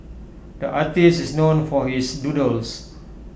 the artist is known for his doodles